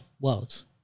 worlds